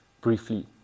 briefly